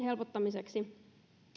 helpottamiseksi